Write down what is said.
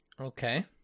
Okay